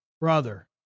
brother